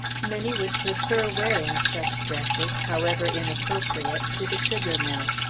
many would prefer wearing such dresses, however inappropriate, to the sugar-mill.